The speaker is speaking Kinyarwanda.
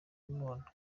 kumubona